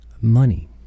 Money